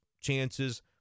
chances